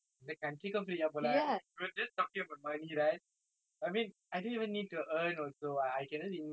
I mean I didn't even need to earn also what I can just invisibly just go to whatever countries just enjoy and come